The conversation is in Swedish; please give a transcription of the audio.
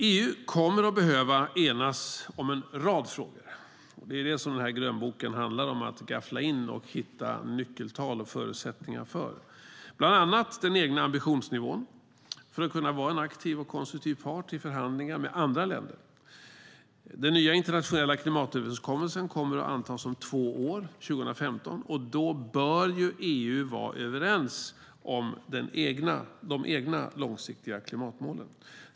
EU kommer att behöva enas om en rad frågor. Det är ju det som den här grönboken handlar om: att gaffla in och hitta nyckeltal och förutsättningar för bland annat den egna ambitionsnivån för att kunna vara en aktiv och konstruktiv part i förhandlingar med andra länder. Den nya internationella klimatöverenskommelsen kommer att antas om två år, alltså 2015, och då bör EU vara överens om de egna långsiktiga klimatmålen.